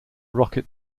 rocket